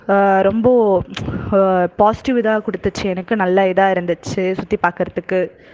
ரொம்ப பாஸிட்டிவ் இதாக கொடுத்துச்சு எனக்கு நல்ல இதாக இருந்துச்சு சுற்றிப் பார்க்கறத்துக்கு